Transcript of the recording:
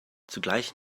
zugleich